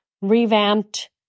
revamped